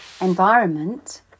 environment